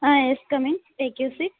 ah yes come in take your seat